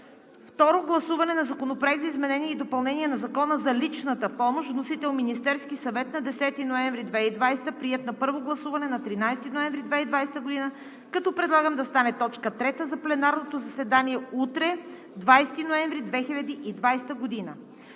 Второ гласуване на Законопроекта за изменение и допълнение на Закона за личната помощ. Вносител – Министерският съвет на 10 ноември 2020 г. Приет на първо гласуване на 13 ноември 2020 г., като предлагам да стане точка трета за пленарното заседание – утре, 20 ноември 2020 г.